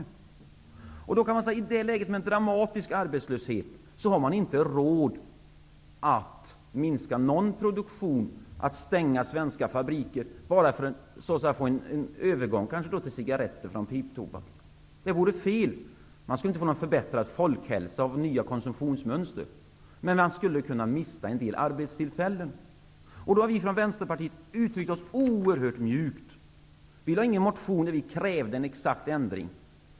I nuvarande läge, med en arbetslöshet som är dramatiskt hög, har vi inte råd att minska någon produktion. Vi har inte råd att stänga några fabriker bara för att få en övergång från piptobak till cigaretter -- det vore fel. Nya konsumtionsmönster skulle inte innebära någon förbättrad folkhälsa, men en del arbetstillfällen skulle kunna gå förlorade. Vi i Vänsterpartiet har uttryckt oss oerhört mjukt. Vi lade inte fram någon motion där vi krävde en exakt ändring.